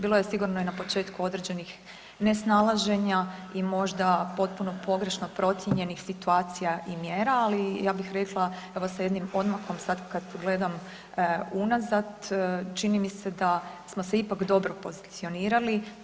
Bilo je sigurno i na početku određenih nesnalaženja i možda potpuno pogrešno procijenjenih situacija i mjera, ali ja bih rekla evo sa jednim odmakom sad kad pogledam unazad čini mi se da smo se ipak dobro pozicionirali.